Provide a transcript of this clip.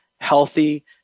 healthy